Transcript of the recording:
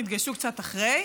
הן התגייסו קצת אחרי